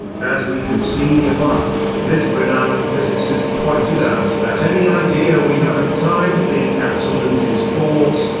as we can see above, this renowned physicist pointed out that any idea we have of time being absolute is false,